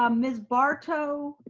um miss barto,